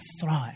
thrive